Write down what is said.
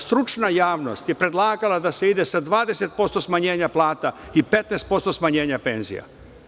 Stručna javnost je predlagala da se ide sa 20% smanjenja plata i 15% smanjenja penzija.